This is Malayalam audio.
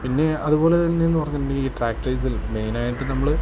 പിന്നെ അതുപോലെ തന്നെ എന്നു പറഞ്ഞിട്ടുണ്ടെങ്കിൽ ട്രാക്ടേസിൽ മെയിനായിട്ട് നമ്മൾ